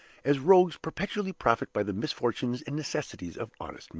as rogues perpetually profit by the misfortunes and necessities of honest men.